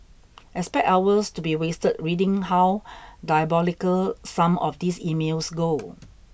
expect hours to be wasted reading how diabolical some of these emails go